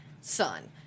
son